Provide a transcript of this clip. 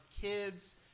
kids